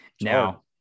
Now